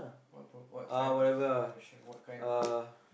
what pro~ what kind of promotion what kind of promotion